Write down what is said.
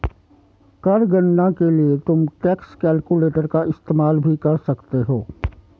कर गणना के लिए तुम टैक्स कैलकुलेटर का इस्तेमाल भी कर सकते हो